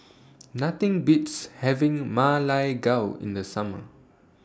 Nothing Beats having Ma Lai Gao in The Summer